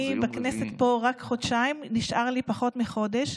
אני בכנסת פה רק חודשיים, נשאר לי פחות מחודש.